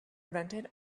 invented